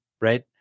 right